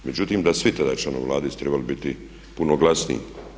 Međutim da svi tada članovi Vlade su trebali biti puno glasniji.